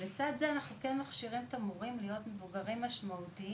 לצד זה אנחנו כן מכשירים את המורים להיות מבוגרים משמעותיים,